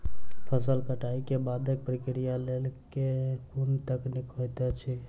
फसल कटाई केँ बादक प्रक्रिया लेल केँ कुन तकनीकी होइत अछि?